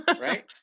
right